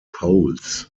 poles